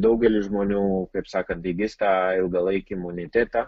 daugelis žmonių kaip sakant įgis tą ilgalaikį imunitetą